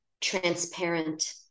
transparent